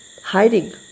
hiding